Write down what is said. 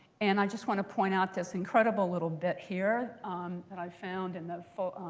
and i just want to point out this incredible little bit here that i've found in the